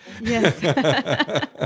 Yes